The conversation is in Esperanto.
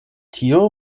tio